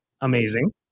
amazing